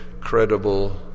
credible